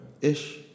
Ish